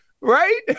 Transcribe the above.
right